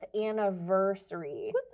anniversary